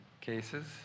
cases